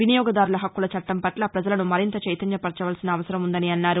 వినియోగదారుల హక్కుల చట్టం పట్ల పజలను మరింత చైతన్య పరచవలసిన అవసరం ఉందని అన్నారు